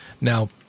Now